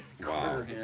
Wow